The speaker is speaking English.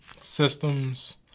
Systems